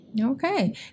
Okay